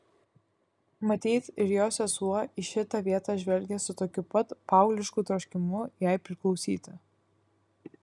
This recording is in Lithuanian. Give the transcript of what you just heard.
matyt ir jos sesuo į šitą vietą žvelgė su tokiu pat paauglišku troškimu jai priklausyti